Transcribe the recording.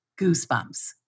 Goosebumps